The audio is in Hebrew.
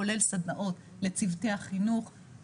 כולל סדנאות לצוותי החינוך,